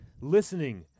Listening